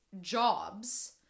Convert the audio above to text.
jobs